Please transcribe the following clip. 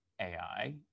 AI